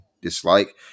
dislike